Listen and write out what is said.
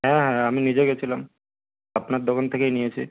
হ্যাঁ হ্যাঁ আমি নিজে গিয়েছিলাম আপনার দোকান থেকেই নিয়েছি